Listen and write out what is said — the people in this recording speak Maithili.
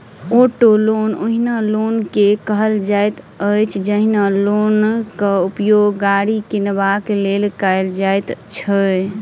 औटो लोन ओहि लोन के कहल जाइत अछि, जाहि लोनक उपयोग गाड़ी किनबाक लेल कयल जाइत छै